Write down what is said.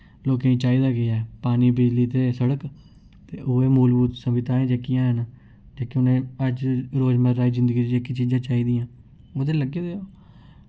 लोकें ई चाहिदा केह् ऐ पानी बिजली ते सड़क ते ओह् ऐ मूलभूत सुविधाएं जेह्कियां हैन गै कि उ'नें अज्ज रोजमर्रा दी जिंदगी च जेह्की चीजां चाहिदियां मतलब लग्गे दे ओह्